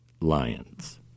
Lions